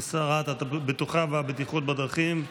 לשרת התחבורה והבטיחות בדרכים.